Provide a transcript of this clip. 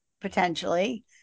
potentially